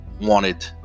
wanted